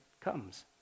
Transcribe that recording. comes